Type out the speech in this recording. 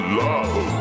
love